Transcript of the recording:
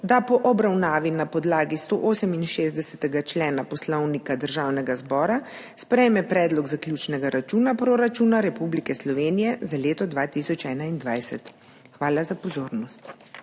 da po obravnavi na podlagi 168. člena Poslovnika Državnega zbora sprejme Predlog zaključnega računa proračuna Republike Slovenije za leto 2021. Hvala za pozornost.